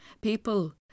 People